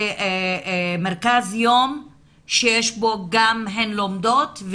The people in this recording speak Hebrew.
זה מרכז יום שבו הן גם לומדות.